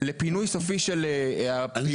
לפינוי סופי של הפעילות הפטרוכימית.